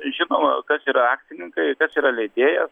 žino kas yra akcininkai kad yra lydėjas